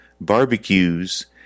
barbecues